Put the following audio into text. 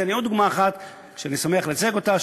זו עוד דוגמה אחת שאני שמח לייצג אותה,